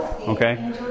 okay